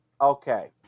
okay